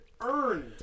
earned